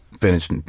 finished